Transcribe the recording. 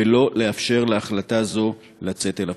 ולא לאפשר להחלטה זו לצאת אל הפועל.